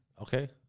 Okay